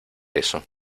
eso